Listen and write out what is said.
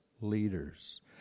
leaders